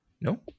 No